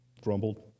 grumbled